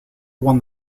won